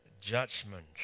judgment